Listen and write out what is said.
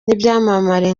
n’ibyamamare